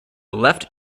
left